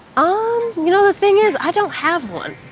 um you know, the thing is, i don't have one.